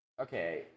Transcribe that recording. Okay